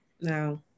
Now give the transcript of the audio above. no